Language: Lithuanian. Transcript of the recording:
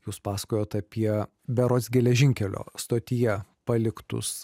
jūs pasakojot apie berods geležinkelio stotyje paliktus